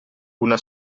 una